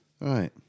Right